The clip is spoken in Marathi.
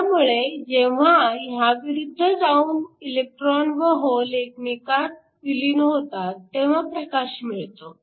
त्यामुळे जेव्हा ह्याविरुद्ध जाऊन इलेक्ट्रॉन व होल एकमेकांत विलीन होतात तेव्हा प्रकाश मिळतो